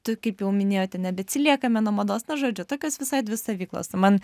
tu kaip jau minėjote nebeatsiliekame nuo mados nu žodžiu tokios visai dvi stovyklos tai man